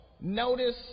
notice